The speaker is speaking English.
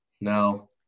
No